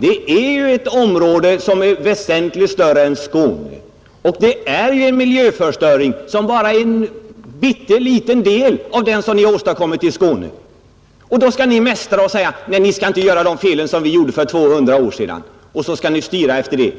Det gäller ju ett område, som är väsentligt större än Skåne, och det rör sig om en miljöförstöring som bara är en bitteliten del av den som ni har åstadkommit i Skåne. Då skall ni mästra och säga: Ni skall inte göra de fel vi har gjort för 200 år sedan. Så skall ni styra efter det.